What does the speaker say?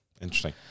Interesting